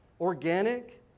organic